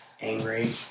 angry